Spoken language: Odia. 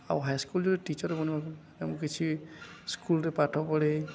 ଆଉ ହାଇ ସ୍କୁଲ ଯେଉଁ ଟିଚର୍ ବନାଇବାକୁ ଆମକୁ କିଛି ସ୍କୁଲରେ ପାଠ ପଢ଼େ